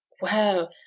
Well